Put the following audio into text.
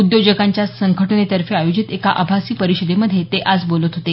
उद्योजकांच्या संघटनेतर्फे आयोजित एका आभासी परिषदेमधे ते आज बोलत होते